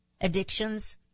addictions